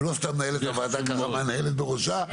ולא סתם מנהלת הוועדה מהנהנת בראשה,